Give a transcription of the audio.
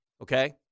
Okay